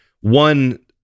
one